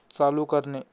चालू करणे